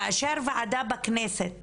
כאשר ועדה בכנסת